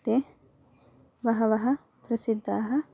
ते बहवः प्रसिद्धाः